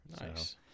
Nice